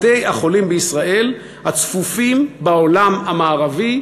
קובע: בתי-החולים בישראל, הצפופים בעולם המערבי.